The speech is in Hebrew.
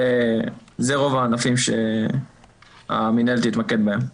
אלה רוב הענפים שהמינהלת תתמקד בהם.